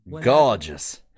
Gorgeous